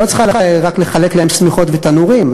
היא לא צריכה רק לחלק להם שמיכות ותנורים,